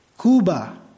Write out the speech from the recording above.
Cuba